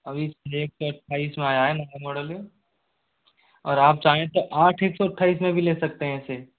अभी छ एक सौ अठाईस में आया है नया मॉडल और आप चाहे तो आठ एक सौ अठाईस मैं भी ले सकते हैं ऐसे